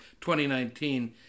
2019